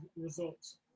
results